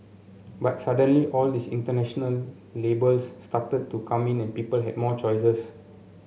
but suddenly all these international labels started to come in and people had more choices